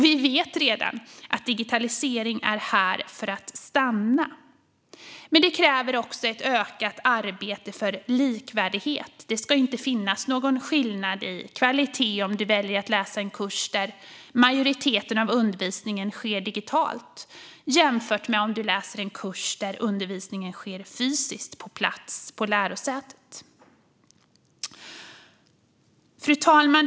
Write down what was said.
Vi vet redan att digitaliseringen är här för att stanna, men det kräver ett ökat arbete för likvärdighet. Det ska inte finnas någon skillnad i kvalitet om du väljer att läsa en kurs där majoriteten av undervisningen sker digitalt jämfört med om du läser en kurs där undervisningen sker fysiskt, på plats på lärosätet. Fru talman!